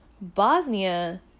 Bosnia